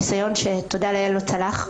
ניסיון שתודה לאל לא צלח,